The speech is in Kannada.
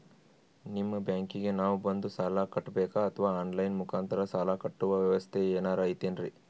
ನಿಮ್ಮ ಬ್ಯಾಂಕಿಗೆ ನಾವ ಬಂದು ಸಾಲ ಕಟ್ಟಬೇಕಾ ಅಥವಾ ಆನ್ ಲೈನ್ ಮುಖಾಂತರ ಸಾಲ ಕಟ್ಟುವ ವ್ಯೆವಸ್ಥೆ ಏನಾರ ಐತೇನ್ರಿ?